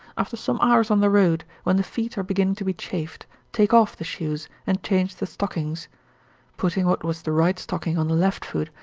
after some hours on the road, when the feet are beginning to be chafed, take off the shoes, and change the stockings putting what was the right stocking on the left foot,